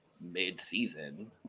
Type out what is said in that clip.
mid-season